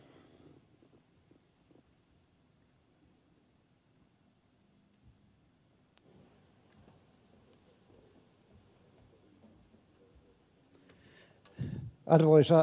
arvoisa puhemies